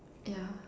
yeah